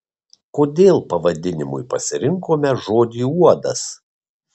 kodėl pavadinimui pasirinkome žodį uodas